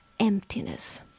Emptiness